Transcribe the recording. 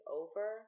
over